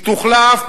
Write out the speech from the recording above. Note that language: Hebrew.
היא תוחלף,